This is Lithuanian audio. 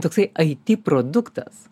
toksai ai ty produktas